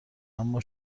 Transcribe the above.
اما